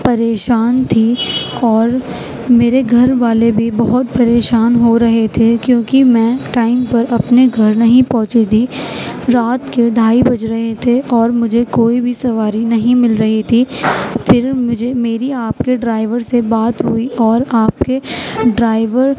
پریشان تھی اور میرے گھر والے بھی بہت پریشان ہو رہے تھے کیونکہ میں ٹائم پر اپنے گھر نہیں پہنچی تھی رات کے ڈھائی بج رہے تھے اور مجھے کوئی بھی سواری نہیں مل رہی تھی پھر مجھے میری آپ کے ڈرائیور سے بات ہوئی اور آپ کے ڈرائیور